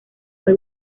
fue